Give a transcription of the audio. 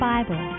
Bible